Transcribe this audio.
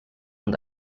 und